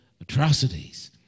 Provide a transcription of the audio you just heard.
atrocities